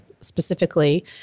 specifically